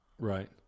Right